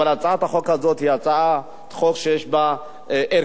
אבל הצעת החוק הזאת יש בה ערכיות,